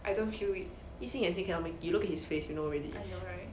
yi xin 演戏 cannot make it you look at his face you know already